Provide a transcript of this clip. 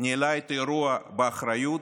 ניהלה את האירוע באחריות,